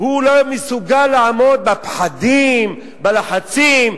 הוא לא יכול לעמוד בפחדים, בלחצים.